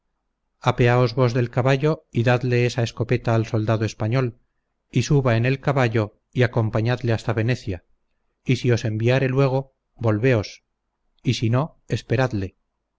apeaos vos del caballo y dadle esa escopeta al soldado español y suba en el caballo y acompañadle hasta venecia y si os enviare luego volveos y sino esperadle